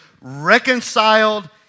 reconciled